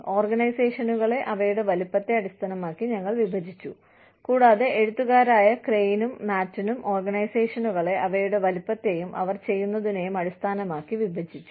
ഓർഗനൈസേഷനുകളെ അവയുടെ വലുപ്പത്തെ അടിസ്ഥാനമാക്കി ഞങ്ങൾ വിഭജിച്ചു കൂടാതെ എഴുത്തുകാരായ ക്രെയിനും മാറ്റനും ഓർഗനൈസേഷനുകളെ അവയുടെ വലുപ്പത്തെയും അവർ ചെയ്യുന്നതിനെയും അടിസ്ഥാനമാക്കി വിഭജിച്ചു